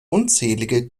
unzählige